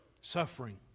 suffering